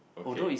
okay